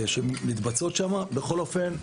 בכל אופן,